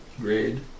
grade